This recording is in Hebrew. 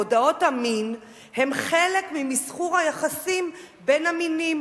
מודעות המין הן חלק ממסחור היחסים בין המינים,